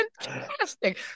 fantastic